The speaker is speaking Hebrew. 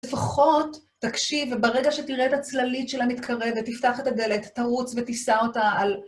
לפחות תקשיב וברגע שתראה את הצללית שלה מתקרבת, תפתח את הדלת, תרוץ ותישא אותה על...